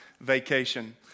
vacation